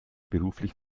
beruflich